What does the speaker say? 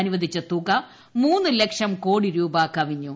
അനുവദിച്ച തുക മൂന്ന് ലക്ഷം കോടി രൂപ കവിഞ്ഞു